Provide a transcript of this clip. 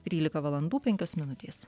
trylika valandų penkios minutės